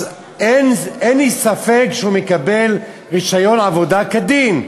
אז אין לי ספק שהוא מקבל רישיון עבודה כדין.